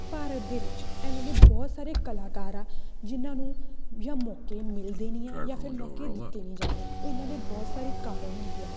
ਭਾਰਤ ਦੇ ਵਿੱਚ ਐਵੇਂ ਦੇ ਬਹੁਤ ਸਾਰੇ ਕਲਾਕਾਰ ਆ ਜਿਨ੍ਹਾਂ ਨੂੰ ਜਾਂ ਮੌਕੇ ਮਿਲਦੇ ਨਹੀਂ ਆ ਜਾਂ ਫਿਰ ਮੌਕੇ ਦਿੱਤੇ ਨਹੀਂ ਜਾਂਦੇ ਇਹਨਾਂ ਦੇ ਬਹੁਤ ਸਾਰੇ ਕਾਰਨ ਹੁੰਦੇ ਆ